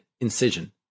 incision